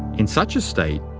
in such a state,